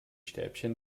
stäbchen